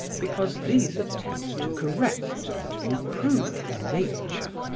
because these attempt to correct and improve nature.